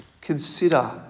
consider